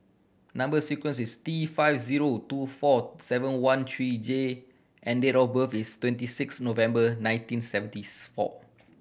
number sequence is T five zero two four seven one three J and date of birth is twenty six November nineteen Seventieth four